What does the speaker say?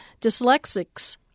Dyslexics